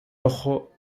ojo